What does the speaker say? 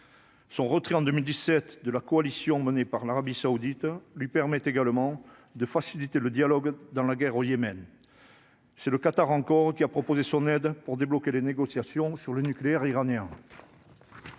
Son retrait en 2017 de la coalition menée par l'Arabie Saoudite lui permet également de faciliter le dialogue dans la guerre au Yémen, c'est le Qatar encore qui a proposé son aide pour débloquer les négociations sur le nucléaire iranien.